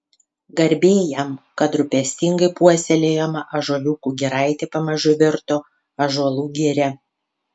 garbė jam kad rūpestingai puoselėjama ąžuoliukų giraitė pamažu virto ąžuolų giria